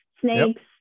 snakes